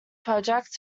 project